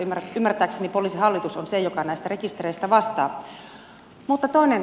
ymmärtääkseni poliisihallitus on se joka näistä rekistereistä vastaa